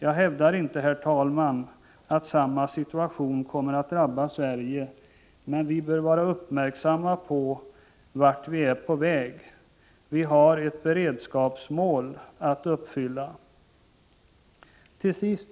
Jag hävdar inte, herr talman, att samma situation kommer att drabba Sverige, men vi bör vara uppmärksamma på vart vi är på väg. Vi har ett beredskapsmål att uppfylla.